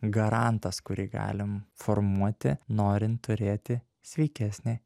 garantas kurį galim formuoti norint turėti sveikesnį